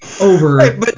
over